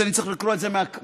שאני צריך לקרוא את זה מהכתב,